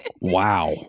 Wow